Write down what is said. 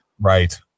right